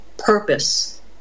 Purpose